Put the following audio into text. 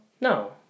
No